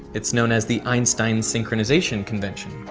it's known as the einstein synchronization convention.